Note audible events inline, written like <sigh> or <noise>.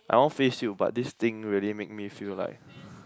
I want face you but this thing really make me feel like <breath>